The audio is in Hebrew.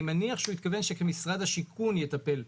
אני מניח שמשרד השיכון יטפל בכך,